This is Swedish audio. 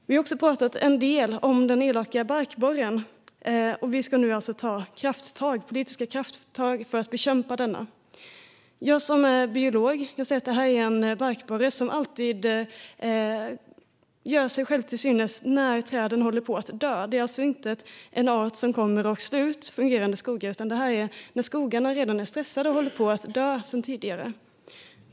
Vi har också talat en del om den elaka barkborren, och vi ska nu alltså ta politiska krafttag för att bekämpa denna. Jag som är biolog ser att detta är en barkborre som alltid ger sig till känna när träden håller på att dö. Det är alltså inte en art som kommer och slår ut fungerande skogar, utan detta sker när skogarna redan är stressade och håller på att dö sedan tidigare.